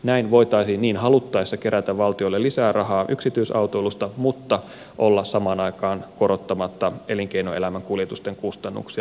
näin voitaisiin niin haluttaessa kerätä valtiolle lisää rahaa yksityisautoilusta mutta olla samaan aikaan korottamatta elinkeinoelämän kuljetusten kustannuksia